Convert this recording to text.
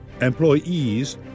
Employees